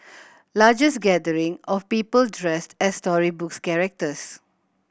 largest gathering of people dressed as storybook characters